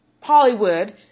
Hollywood